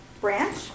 branch